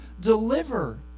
deliver